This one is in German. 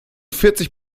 vierzig